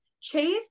Chase